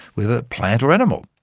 whether plant or animal.